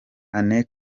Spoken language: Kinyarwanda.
anne